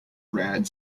rad